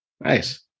nice